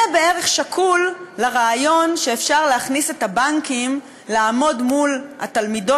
זה בערך שקול לרעיון שאפשר להכניס את הבנקים לעמוד מול התלמידות